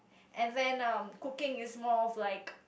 and then um cooking is more of like